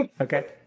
Okay